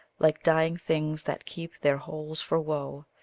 like dying things that keep their holes for woe,